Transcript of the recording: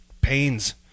pains